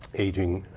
aging,